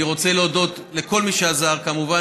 אני רוצה להודות לכל מי שעזר: כמובן,